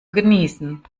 genießen